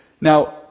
Now